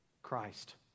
Christ